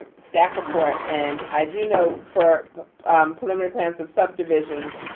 staff report. and i do know for preliminary plans of subdivisions,